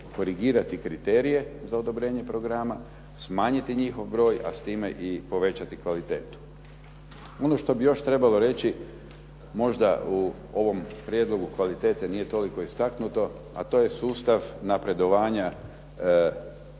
korigirati kriterije za odobrenje programa, smanjiti njihov broj a s time i povećati kvalitetu. Ono što bi još trebalo reći možda u ovom prijedlogu kvalitete nije toliko istaknuto a to je sustav napredovanja